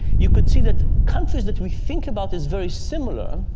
you can see that countries that we think about as very similar,